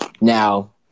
Now